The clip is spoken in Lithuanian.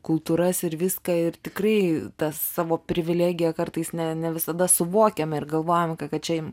kultūras ir viską ir tikrai ta savo privilegiją kartais ne ne visada suvokiame ir galvojame kad čia